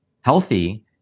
healthy